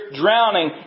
drowning